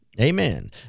Amen